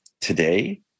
today